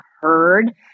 heard